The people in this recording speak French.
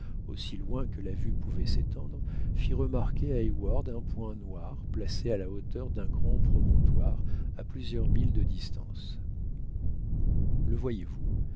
aussi loin que la vue pouvait s'étendre fit remarquer à heyward un point noir placé à la hauteur d'un grand promontoire à plusieurs milles de distance le voyez-vous